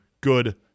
good